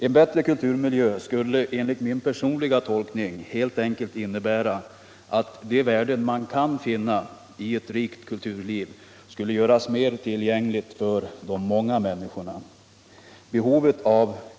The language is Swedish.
En bättre kulturmiljö innebär enligt min personliga tolkning helt enkelt att de värden som man kan finna i ett rikt kulturliv görs lättare tillgängliga för de många människorna.